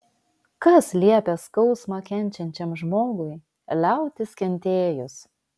kas liepia skausmą kenčiančiam žmogui liautis kentėjus